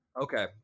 Okay